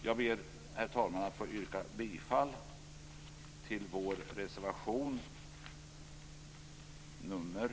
Jag ber att få yrka bifall till reservation nr 2.